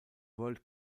world